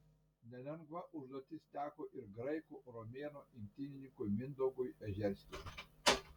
nelengva užduotis teko ir graikų romėnų imtynininkui mindaugui ežerskiui